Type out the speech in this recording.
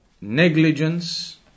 negligence